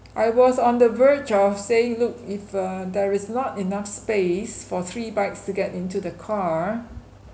I was on the verge of saying look if uh there is not enough space for three bikes to get into the car